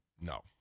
no